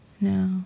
No